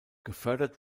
gefördert